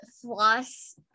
floss